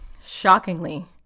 Shockingly